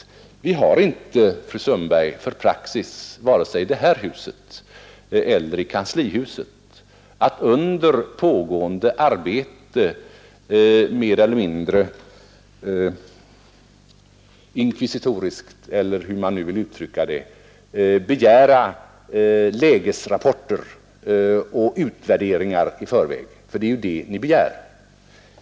Men, fru Sundberg, det är inte praxis vare sig i det här huset eller i kanslihuset att under pågående arbete mer eller mindre inkvisitoriskt — eller hur man nu vill uttrycka det — begära lägesrapporter och utvärderingar i förväg. Ty det är ju det Ni begär.